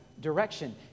direction